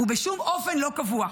ובשום אופן לא קבוע.